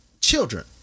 children